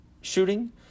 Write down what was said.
shooting